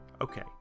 okay